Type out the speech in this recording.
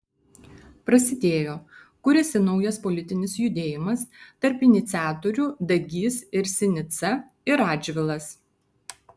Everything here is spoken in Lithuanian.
prasidėjo kuriasi naujas politinis judėjimas tarp iniciatorių dagys ir sinica ir radžvilas